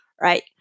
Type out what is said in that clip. right